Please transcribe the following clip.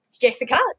jessica